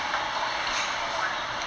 coding even worse